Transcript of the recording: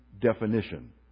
definition